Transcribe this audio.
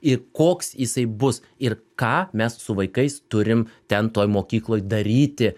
i koks jisai bus ir ką mes su vaikais turim ten toj mokykloj daryti